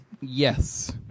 Yes